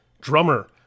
drummer